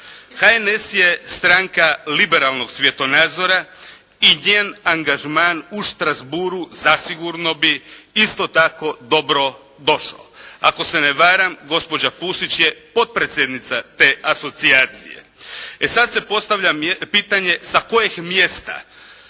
HNS je stranka liberalnog svjetonazora i njen angažman u Strasbourgu zasigurno bi isto tako dobro došao. Ako se ne varam, gospođa Pusić je potpredsjednica te asocijacije. E sada se postavlja pitanje sa kojeg mjesta.